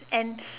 and